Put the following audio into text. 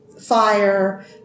fire